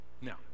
Now